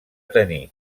tenir